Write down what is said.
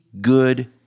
good